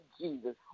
jesus